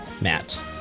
Matt